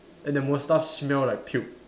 and the mustache smell like puke